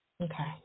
Okay